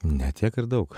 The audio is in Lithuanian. ne tiek ir daug